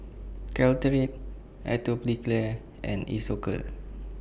Caltrate Atopiclair and Isocal